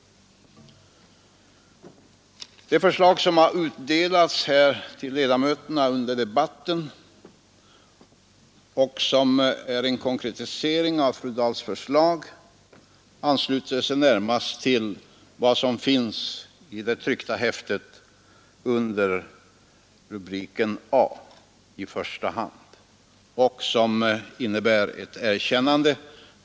Det förslag som här utdelats till ledamöterna under debatten och som är en konkretisering av fru Dahls förslag ansluter sig närmast till vad som står under punkten A i motionen och som innebär ett erkännande.